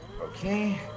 okay